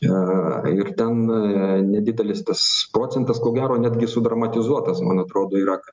ir ten nedidelis tas procentas ko gero netgi sudramatizuotas man atrodo yra kad